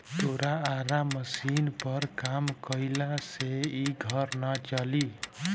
तोरा आरा मशीनी पर काम कईला से इ घर ना चली